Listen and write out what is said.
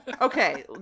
okay